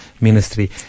ministry